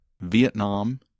Vietnam